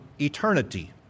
eternity